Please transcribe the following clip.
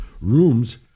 rooms